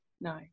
no